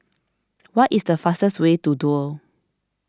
what is the fastest way to Duo